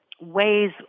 ways